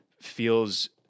feels